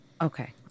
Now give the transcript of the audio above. okay